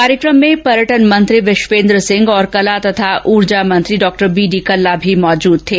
कार्यक्रम में पर्यटन मंत्री विश्वेंद्र सिंह और कला तथा उर्जा मंत्री बीडी कल्ला भी उपस्थित थे